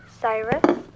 Cyrus